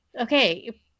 okay